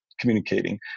communicating